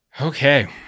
Okay